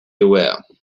aware